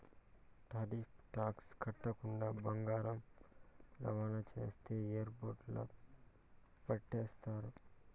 tariff tax కట్టకుండా బంగారం రవాణా చేస్తే ఎయిర్పోర్టుల్ల పట్టేస్తారు